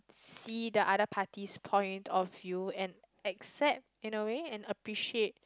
see the other party's point of view and accept in a way and appreciate